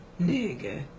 nigga